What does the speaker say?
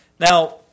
Now